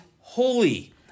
holy